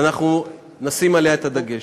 ואנחנו נשים עליה את הדגש.